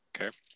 Okay